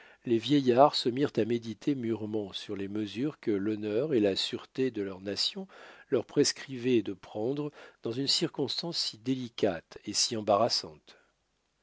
les vieillards se mirent à méditer mûrement sur les mesures que l'honneur et la sûreté de leur nation leur prescrivaient de prendre dans une circonstance si délicate et si embarrassante